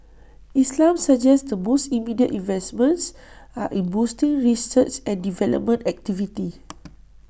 islam suggests the most immediate investments are in boosting research and development activity